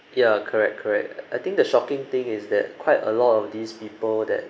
ya correct correct I think the shocking thing is that quite a lot of these people that